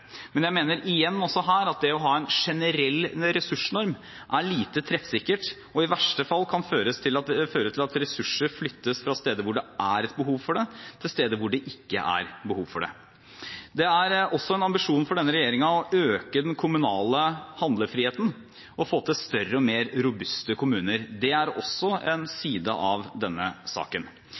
Men jeg mener også her at det å ha en generell ressursnorm er lite treffsikkert og i verste fall kan føre til at ressurser flyttes fra steder hvor det er behov for det, til steder hvor det ikke er behov for det. Det er også en ambisjon for denne regjeringen å øke den kommunale handlefriheten og få til større og mer robuste kommuner. Det er også en side av denne saken.